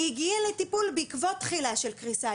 היא הגיעה לטיפול בעקבות תחילה של קריסה.